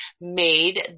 made